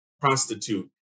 prostitute